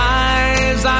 eyes